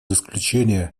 исключения